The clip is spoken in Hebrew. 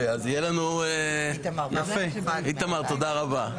ותודה רבה.